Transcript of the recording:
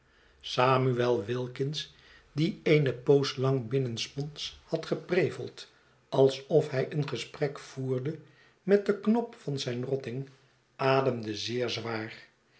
samuel wilkins die eene poos lang binnensmonds had gepreveld alsof hij een gesprek voerde met den knop van zijn rotting ademde zeer zwaar